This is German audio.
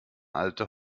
alte